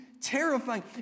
terrifying